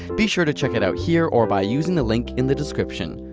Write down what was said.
be sure to check it out here, or by using the link in the description.